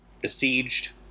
besieged